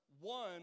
one